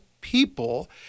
people